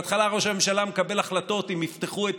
בהתחלה ראש הממשלה מקבל החלטות אם יפתחו את